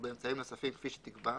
ובאמצעים נוספים כפי שתקבע,